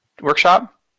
workshop